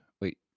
Wait